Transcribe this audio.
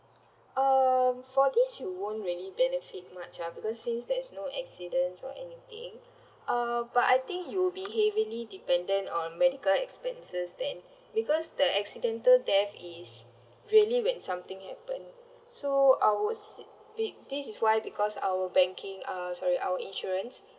um for this you won't really benefit much ah because since there's no accidents or anything uh but I think you'll be heavily dependent on medical expenses then because the accidental death is really when something happen so ours be this is why because our banking uh sorry our insurance